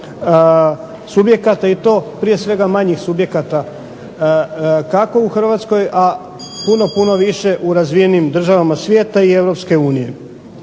subjekata i to prije svega manjih subjekata kako u HRvatskoj, a puno, puno više u razvijenim državama svijeta i EU. Sama ideja